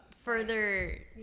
further